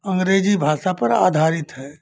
अँग्रेजी भाषा पर आधारित है